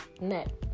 Net